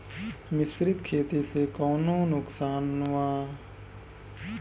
मिश्रित खेती से कौनो नुकसान वा?